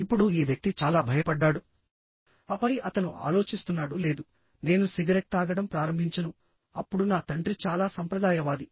ఇప్పుడుఈ వ్యక్తి చాలా భయపడ్డాడుఆపై అతను ఆలోచిస్తున్నాడు లేదు నేను సిగరెట్ తాగడం ప్రారంభించను అప్పుడు నా తండ్రి చాలా సంప్రదాయవాది